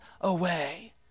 away